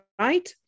right